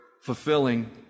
fulfilling